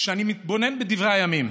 כשאני מתבונן בדברי הימים